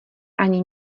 ani